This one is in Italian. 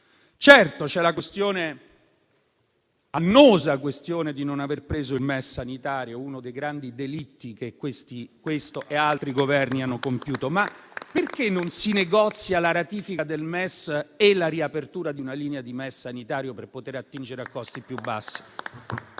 C'è l'annosa questione di non aver preso le risorse del MES sanitario, uno dei grandi delitti che questo e altri Governi hanno compiuto. Perché non si negoziano la ratifica del MES e la riapertura di una linea di MES sanitario per poter attingere a costi più bassi?